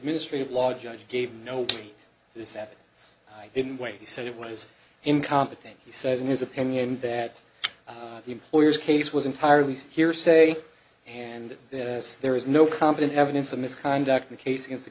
ministry of law judge gave notate this that i didn't wait he said it was incompetent he says in his opinion that the employers case was entirely hearsay and there was no competent evidence of misconduct the case against the